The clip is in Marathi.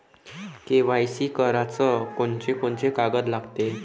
के.वाय.सी कराच कोनचे कोनचे कागद लागते?